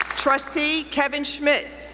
trustee kevin schmidt,